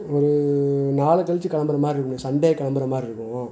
ஒரு நாள் கழிச்சி கிளம்புற மாதிரி இருக்கும்ண்ணே சண்டே கிளம்புற மாதிரி இருக்கும்